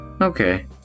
Okay